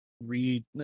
read